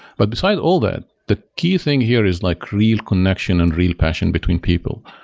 but beside all that, the key thing here is like real connection and real passion between people,